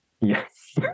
yes